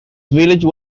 village